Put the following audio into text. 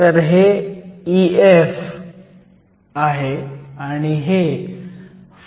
तर हे EF आहे आणि हे φMo आहे